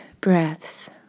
breaths